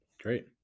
Great